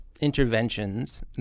interventions